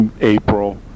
April